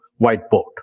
whiteboard